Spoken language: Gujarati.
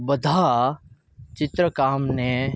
બધા ચિત્રકામને